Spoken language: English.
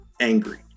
angry